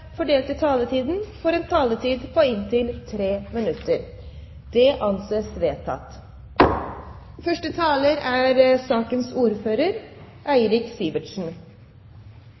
fordelte taletid, får en taletid på inntil 3 minutter. – Det anses vedtatt. Første taler er Linda C. Hofstad Helleland, som får ordet på vegne av sakens ordfører,